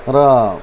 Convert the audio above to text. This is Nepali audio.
र